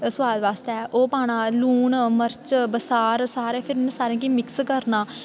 सोआद आस्तै ओह् पाना लून मर्च बसार फिर सारें गी मिक्स करना